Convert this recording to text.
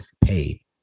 paid